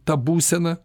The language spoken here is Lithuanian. ta būsena